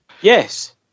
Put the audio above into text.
yes